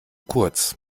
kurz